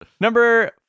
number